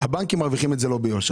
הבנקים מרוויחים את זה לא ביושר.